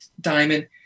Diamond